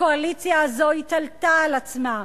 הקואליציה הזאת התעלתה על עצמה,